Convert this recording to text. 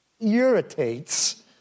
irritates